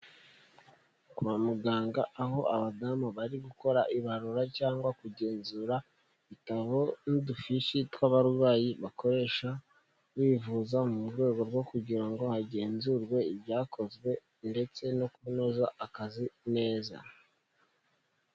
Kwa muganga aho aba damu bari gukora ibarura cyangwa kugenzura ibitabo, n'udufishi tw'abarwayi bakoresha bivuza mu rwego rwo kugira ngo hagenzurwe ibyakozwe, ndetse no kunoza akazi neza.